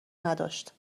نداشت